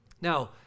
Now